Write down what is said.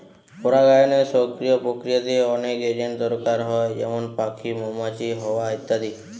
পরাগায়নের সক্রিয় প্রক্রিয়াতে অনেক এজেন্ট দরকার হয় যেমন পাখি, মৌমাছি, হাওয়া ইত্যাদি